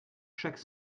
chaque